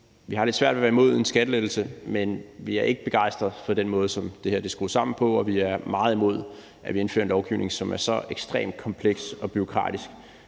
Vi har lidt svært ved at være imod en skattelettelse, men vi er ikke begejstrede for den måde, som det her er skruet sammen på, og vi er meget imod, at vi indfører en lovgivning, som er så ekstremt kompleks og bureaukratisk,